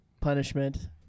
punishment